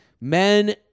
Men